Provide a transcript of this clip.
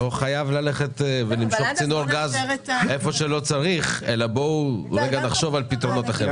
לא חייבים למשוך צינור גז איפה שלא צריך אלא לחשוב על פתרונות אחרים.